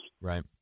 Right